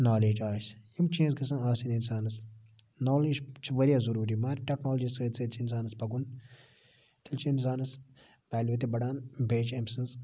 knowledge آسہِ یِم چیٖز گَژھن آسٕنۍ اِنسانَس نالیج چھِ واریاہ ضروٗری مگر ٹیٚکنالجی سۭتۍ سۭتۍ چھ اِنسانَس پَکُن تیٚلہِ چھُ اِنسانَس ویٚلِو تہِ بَڑان بیٚیہِ چھِ أمۍ سٕنٛز